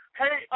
hey